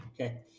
Okay